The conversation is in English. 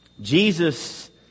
Jesus